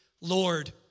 Lord